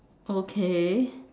okay